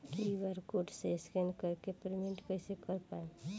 QR code से scan कर के पेमेंट कइसे कर पाएम?